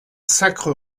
sacre